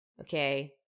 Okay